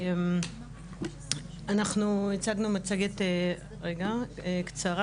אנחנו הצגנו מצגת קצרה.